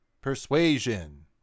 persuasion